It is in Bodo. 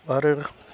आरो